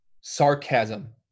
sarcasm